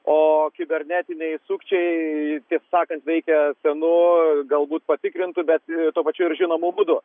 o kibernetiniai sukčiai taip sakant veikia senu galbūt patikrintu bet tuo pačiu ir žinomu būdu